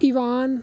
evan